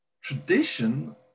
tradition